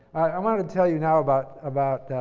i wanted to tell you now about about